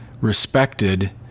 respected